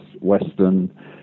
western